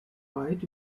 weit